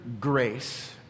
grace